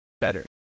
better